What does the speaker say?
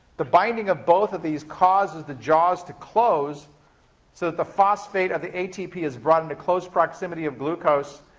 the binding of both of these causes the jaws to close so that the phosphate of the atp is brought into close proximity of glucose,